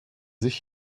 sich